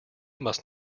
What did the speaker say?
must